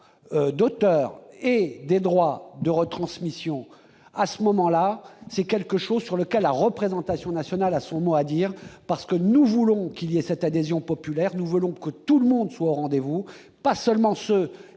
d'auteur et des droits de retransmission à ce moment-là, c'est quelque chose sur lequel la représentation nationale a son mot à dire, parce que nous voulons qu'il y a cette adhésion populaire, nous voulons que tout le monde soit au rendez-vous, pas seulement ceux